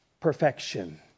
perfection